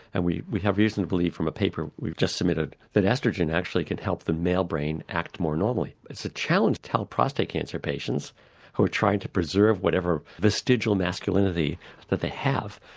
and we we have reason to believe from a paper we've just submitted that oestrogen actually can help the male brain act more normally. it's a challenge to tell prostate cancer patients who are trying to preserve whatever vestigial masculinity that they have,